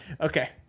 Okay